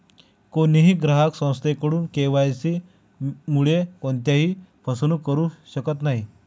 कोणीही ग्राहक संस्थेकडून के.वाय.सी मुळे कोणत्याही फसवणूक करू शकत नाही